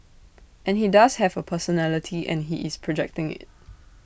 and he does have A personality and he is projecting IT